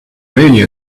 really